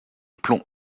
plomb